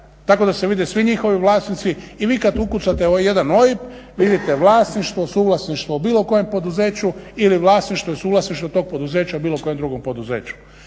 tako da se vide svi njihovi vlasnici i vi kad ukucate jedan OIB vidite vlasništvo, suvlasništvo bilo kojem poduzeću ili vlasništvo i suvlasništvo tog poduzeća s bilo kojim drugom poduzeću.